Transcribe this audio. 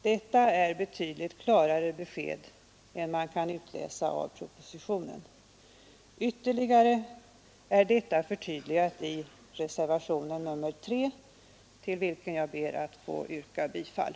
Detta är betydligt klarare besked än man kan utläsa av propositionen. Ytterligare är detta förtydligat i reservationen 3, till vilken jag ber att få yrka bifall.